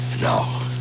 No